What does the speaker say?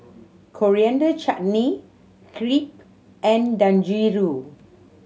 Coriander Chutney Crepe and Dangojiru